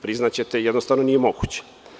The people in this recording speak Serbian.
Priznaćete, jednostavno nije moguće.